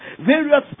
Various